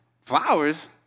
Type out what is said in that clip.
flowers